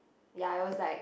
ya I was like